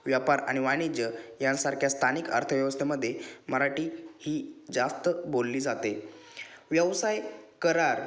व्यापार आणि वाणिज्य यासारख्या स्थानिक अर्थव्यवस्थेमध्ये मराठी ही जास्त बोलली जाते व्यवसाय करार